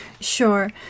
Sure